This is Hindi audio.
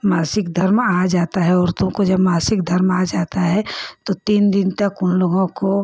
मासिक धर्म आ जाता औरतों को जब मासिक धर्म आ जाता है तो तीन दिन तक उन लोगों को